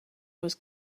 was